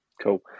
Cool